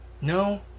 No